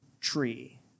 Tree